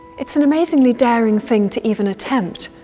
it's an amazingly daring thing to even attempt.